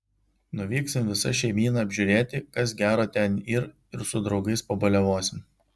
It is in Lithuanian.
nuvyksim visa šeimyna apžiūrėti kas gero ten yr ir su draugais pabaliavosim